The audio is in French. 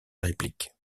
réplique